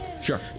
Sure